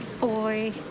boy